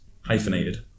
Hyphenated